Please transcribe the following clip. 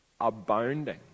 Abounding